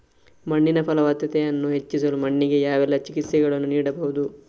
ಮಣ್ಣಿನ ಫಲವತ್ತತೆಯನ್ನು ಹೆಚ್ಚಿಸಲು ಮಣ್ಣಿಗೆ ಯಾವೆಲ್ಲಾ ಚಿಕಿತ್ಸೆಗಳನ್ನು ನೀಡಬಹುದು?